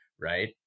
right